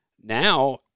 now